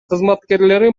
кызматкерлери